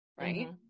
right